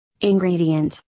Ingredient